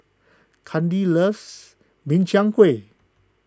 Kandi loves Min Chiang Kueh